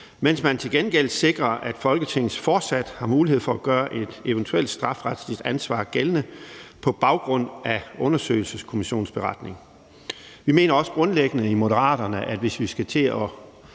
mens man til gengæld sikrer, at Folketinget fortsat har mulighed for at gøre et eventuelt strafferetligt ansvar gældende på baggrund af undersøgelseskommissionens beretning. Vi mener i Moderaterne også grundlæggende, at hvis vi skal til at